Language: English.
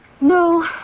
No